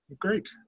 Great